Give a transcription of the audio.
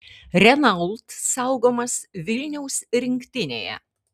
renault saugomas vilniaus rinktinėje